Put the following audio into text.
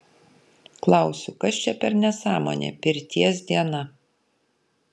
klausiu kas čia per nesąmonė pirties diena